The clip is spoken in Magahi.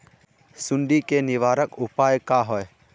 सुंडी के निवारक उपाय का होए?